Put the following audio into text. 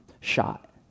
shot